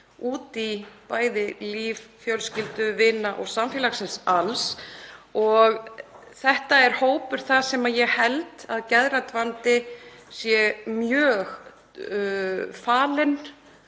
á líf fjölskyldu, vina og samfélagsins alls. Þetta er hópur þar sem ég held að geðrænn vandi sé mjög falinn.